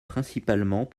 principalement